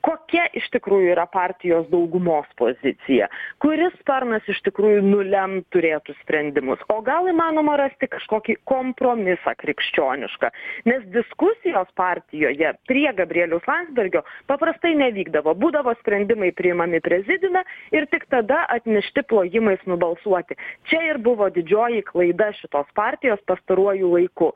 kokia iš tikrųjų yra partijos daugumos pozicija kuris sparnas iš tikrųjų nulemt turėtų sprendimus o gal įmanoma rasti kažkokį kompromisą krikščionišką nes diskusijos partijoje prie gabrieliaus landsbergio paprastai nevykdavo būdavo sprendimai priimami prezidiume ir tik tada atnešti plojimais nubalsuoti čia ir buvo didžioji klaida šitos partijos pastaruoju laiku